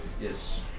Yes